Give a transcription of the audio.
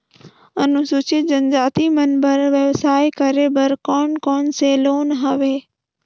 अनुसूचित जनजाति मन बर व्यवसाय करे बर कौन कौन से लोन हवे?